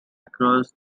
across